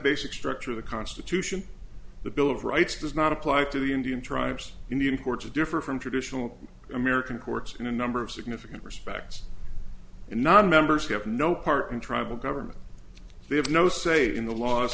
basic structure of the constitution the bill of rights does not apply to the indian tribes indian courts differ from traditional american courts in a number of significant respects and nonmembers get no part in tribal government they have no say in the la